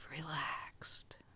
relaxed